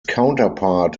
counterpart